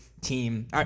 team